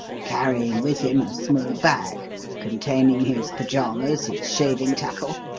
carrying with him a small bag containing his pyjamas, his shaving tackle,